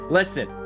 Listen